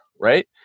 right